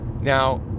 Now